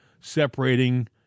separating